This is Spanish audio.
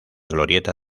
glorieta